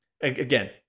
Again